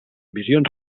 visions